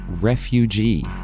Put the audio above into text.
refugee